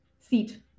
seat